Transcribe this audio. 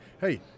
hey